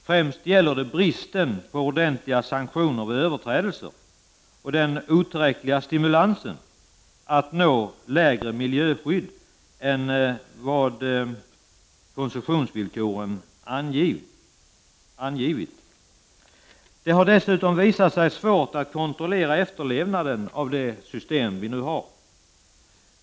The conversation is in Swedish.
Främst gäller det bristen på ordentliga sanktioner vid överträdelser och den otillräckliga stimulansen att uppnå bättre miljöskydd än vad koncessionsvillkoren angivit. Det har dessutom visat sig svårt att kontrollera efterlevnaden av det system vi nu har.